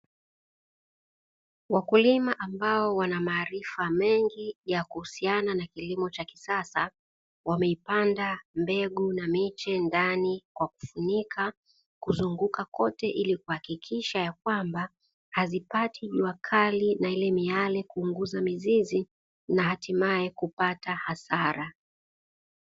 Wakulima ambao wana maarifa mengi ya kuhusiana na kilimo cha kisasa, wamepanda mbegu na miche ndani kwa kufunika kuzunguka kote ili kuhakikisha ya kwamba hazipati jua kali, na ile miale kuunguza mizizi na hatimaye kupata hasara.